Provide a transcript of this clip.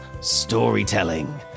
storytelling